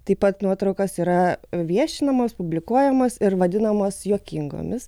taip pat nuotraukos yra viešinamos publikuojamos ir vadinamos juokingomis